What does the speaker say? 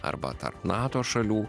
arba tarp nato šalių